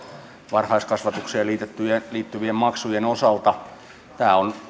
varhaiskasvatukseen liittyvien maksujen osalta tämä on